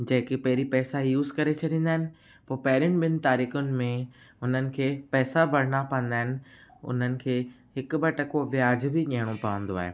जेकी पहिरीं पैसा यूस करे छॾींदा आहिनि हो पहिरीं ॿिनि तारीख़ुनि में हुननि खे पैसा भरिणा पवंदा आहिनि उन्हनि खे हिकु ॿ टको व्याजु बि ॾियणो पवंदो आहे